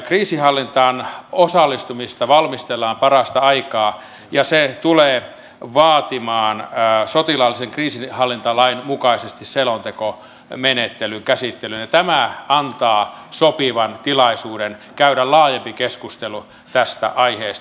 kriisinhallintaan osallistumista valmistellaan parasta aikaa ja se tulee vaatimaan sotilaallisen kriisinhallintalain mukaisesti selontekomenettelyn käsittelyn ja tämä antaa sopivan tilaisuuden käydä laajempi keskustelu tästä aiheesta